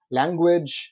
language